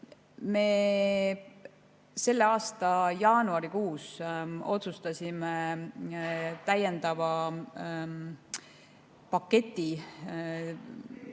Me selle aasta jaanuarikuus otsustasime täiendava paketi,